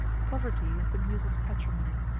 poverty is the muses' patrimony,